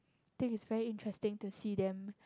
think is very interesting to see them